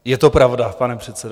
Je to pravda, pane předsedo.